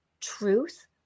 truth